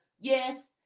yes